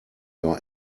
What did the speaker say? your